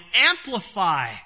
amplify